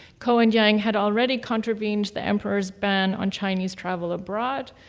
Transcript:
ko and yang had already contravened the emperor's ban on chinese travel abroad.